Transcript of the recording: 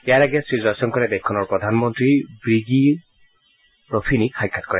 ইয়াৰ আগেয়ে শ্ৰীজয়শংকৰে দেশখনৰ প্ৰধানমন্ত্ৰী ব্ৰিগী ৰফিনীক সাক্ষাৎ কৰে